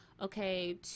okay